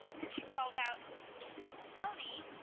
and she called out moni,